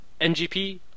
NGP